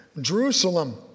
Jerusalem